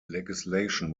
legislation